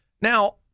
Now